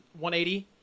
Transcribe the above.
180